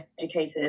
educated